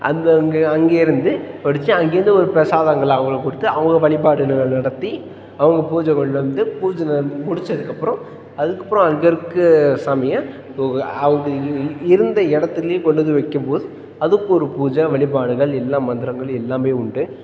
அந்த இங்கே அங்கேயிருந்து படைச்சி அங்கேயிருந்து ஒரு பிரசாதங்களை அவங்களுக்கு கொடுத்து அவங்க வழிபாடுங்கள் நடத்தி அவங்க பூஜை கொண்டு வந்து பூஜை ந முடிச்சதுக்கப்புறம் அதுக்கப்புறம் அங்கேருக்க சாமியை அவங்க இருந்த இடத்துலியே கொண்டு வந்து வைக்கும் போது அதுக்கு ஒரு பூஜை வழிபாடுகள் எல்லாம் மந்திரங்கள் எல்லாமே உண்டு